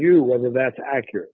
you whether that's accurate